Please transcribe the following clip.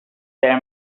there